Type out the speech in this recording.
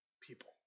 people